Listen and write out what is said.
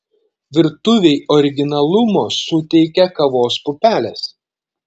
virtuvei originalumo suteikia kavos pupelės